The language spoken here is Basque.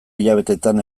hilabeteetan